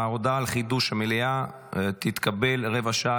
ההודעה על חידוש המליאה תתקבל רבע שעה